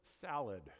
salad